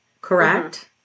correct